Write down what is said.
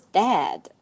dad